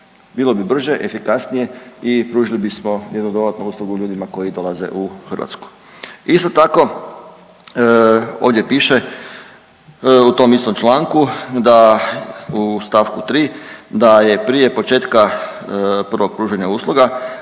Bilo bi brže, efikasnije i pružili bismo jednu dodatnu uslugu ljudima koji dolaze u Hrvatsku. Isto tako, ovdje piše u tom istom članku da, u stavku 3. da je prije početka prvog pružanja usluga